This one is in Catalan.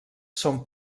són